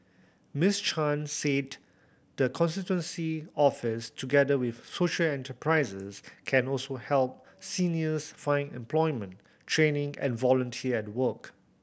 Miss Chan said the constituency office together with social enterprises can also help seniors find employment training and volunteer at work